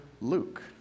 Luke